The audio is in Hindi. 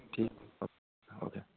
ठीक ओ हो गया